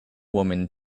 woman